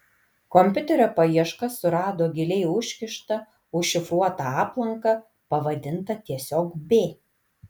kompiuterio paieška surado giliai užkištą užšifruotą aplanką pavadintą tiesiog b